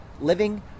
living